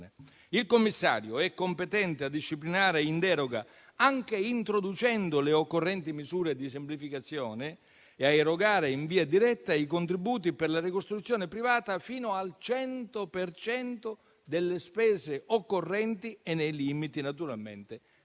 Il commissario è competente a disciplinare in deroga, anche introducendo le occorrenti misure di semplificazione, e a erogare in via diretta i contributi per la ricostruzione privata fino al 100 per cento delle spese occorrenti e nei limiti naturalmente